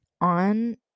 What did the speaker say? on